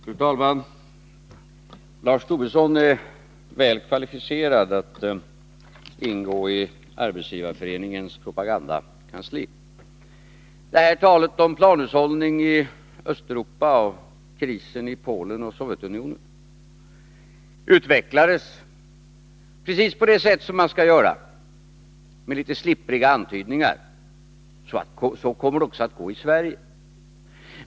Fru talman! Lars Tobisson är väl kvalificerad för att ingå i Arbetsgivareföreningens propagandakansli. Talet om planhushållning i Östeuropa och krisen i Polen och Sovjetunionen utvecklades precis på rätt sätt, med litet slippriga antydningar om att det kommer att gå så också i Sverige.